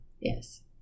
Yes